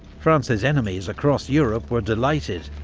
france's enemies across europe were delighted,